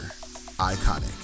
Iconic